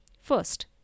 first